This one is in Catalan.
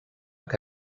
que